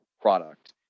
product